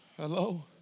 Hello